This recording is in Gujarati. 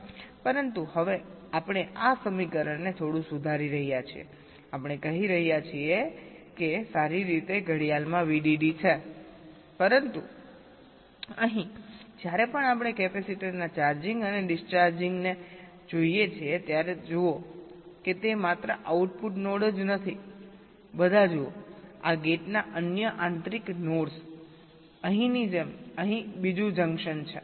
પરંતુ હવે આપણે આ સમીકરણને થોડું સુધારી રહ્યા છીએ આપણે કહી રહ્યા છીએ કે સારી રીતે ઘડિયાળમાં VDD છે પરંતુ અહીં જ્યારે પણ આપણે કેપેસિટરના ચાર્જિંગ અને ડિસ્ચાર્જને જોઈએ છીએ ત્યારે જુઓ કે તે માત્ર આઉટપુટ નોડ જ નથી બધા જુઓ આ ગેટના અન્ય આંતરિક નોડ્સઅહીંની જેમ અહીં બીજું જંકશન છે